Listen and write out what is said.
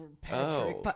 Patrick